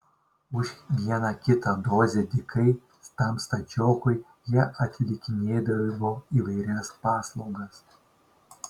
už vieną kitą dozę dykai tam stačiokui jie atlikinėdavo įvairias paslaugas